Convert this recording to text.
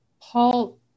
Paul